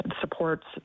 supports